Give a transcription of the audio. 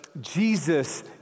Jesus